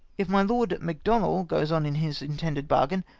if my lord macdonnel goes on in his in tended bargain,